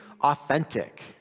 authentic